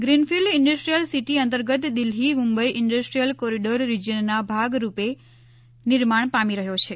greenfield industrial city અંતર્ગત Delhi Mumbai industrial corridor રિજીયનના ભાગ રૂપે નિર્માણ પામી રહ્યો છે